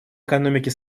экономики